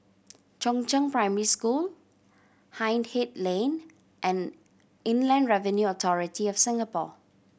Chongzheng Primary School Hindhede Lane and Inland Revenue Authority of Singapore